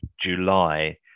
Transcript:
July